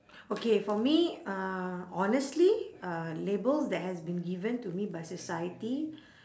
okay for me uh honestly uh labels that has been given to me by society